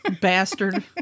bastard